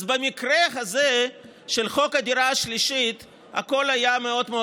אז במקרה הזה של חוק הדירה השלישית הכול היה מאוד מאוד